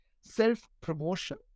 self-promotion